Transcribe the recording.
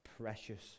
precious